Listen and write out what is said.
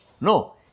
No